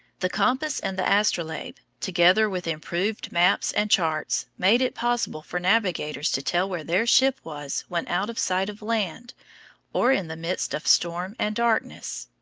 the compass and the astrolabe, together with improved maps and charts, made it possible for navigators to tell where their ship was when out of sight of land or in the midst of storm and darkness.